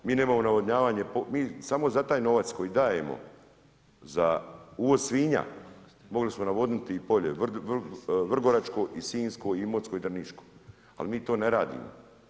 Mi nemamo navodnjavanje, mi samo za taj novac koji dajemo za uvoz svinja, mogli smo navodniti polje Vrgoračko i Sinjsko, Imotsko i Drniško, ali mi to ne radimo.